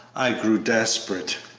i grew desperate.